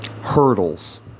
Hurdles